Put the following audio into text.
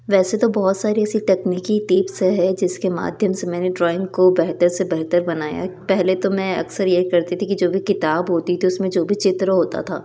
वैसे तो बहुत सारी ऐसी तकनीकी टिप्स हैं जिसके माध्यम से मैंने ड्रॉइंग को बेहतर से बेहतर बनाया है पहले तो मैं अक्सर यही करती थी कि जो भी किताब होती है तो उसमें जो चित्र होता था